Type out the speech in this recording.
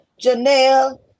Janelle